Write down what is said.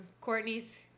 Courtney's